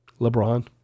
LeBron